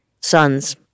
sons